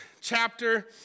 chapter